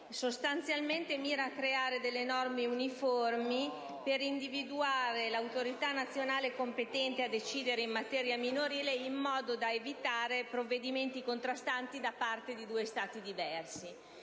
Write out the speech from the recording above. sostanzialmente mira a creare delle norme uniformi per individuare l'autorità nazionale competente a decidere in materia minorile, in modo da evitare provvedimenti contrastanti da parte di due Stati diversi.